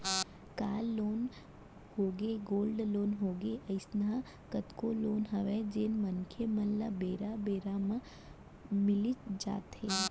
car loan होगे, gold loan होगे, अइसन कतको लोन हवय जेन मनसे मन ल बेरा बेरा म मिलीच जाथे